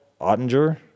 Ottinger